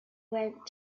went